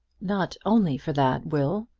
not only for that, will?